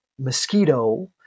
mosquito